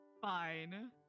Fine